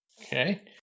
okay